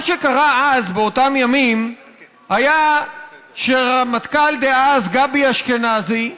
מה שקרה אז באותם ימים היה שהרמטכ"ל דאז גבי אשכנזי,